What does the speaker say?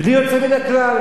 בלי יוצא מן הכלל,